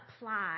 apply